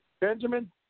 Benjamin